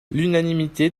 l’unanimité